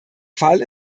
fall